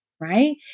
Right